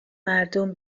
مردم